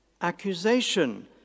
accusation